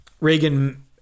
Reagan